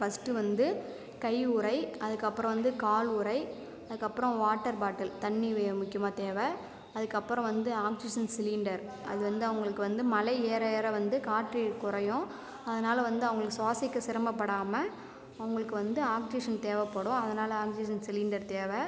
first வந்து கை உறை அதுக்கு அப்புறம் வந்து கால் உறை அதுக்கு அப்புறம் வாட்டர் பாட்டில் தண்ணி முக்கியமாக தேவை அதுக்கு அப்புறம் வந்து ஆக்சிஜன் சிலிண்டர் அது வந்து அவங்களுக்கு வந்து மலை ஏற ஏற வந்து காற்று குறையும் அதனால வந்து அவங்களுக்கு சுவாசிக்க சிரம படாமல் அவங்களுக்கு வந்து ஆக்சிஜன் தேவைப்படும் அதனால் ஆக்சிஜன் சிலிண்டர் தேவை